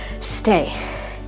Stay